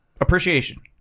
Appreciation